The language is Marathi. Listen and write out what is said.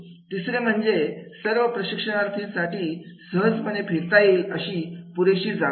तिसरे म्हणजे सर्व प्रशिक्षणार्थींसाठी सहजपणे फिरता येईल अशी पुरेशी जागा